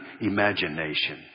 imagination